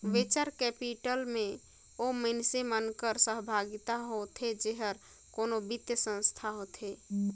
venture capital में ओ मइनसे मन कर सहभागिता होथे जेहर कोनो बित्तीय संस्था होथे